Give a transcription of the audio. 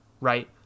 right